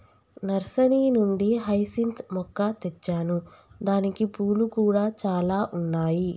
nursery నుండి hyacinth మొక్క తెచ్చాను దానికి పూలు కూడా చాల ఉన్నాయి